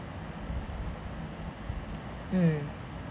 mm